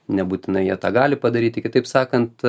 nebūtinai jie tą gali padaryti kitaip sakant